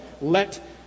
let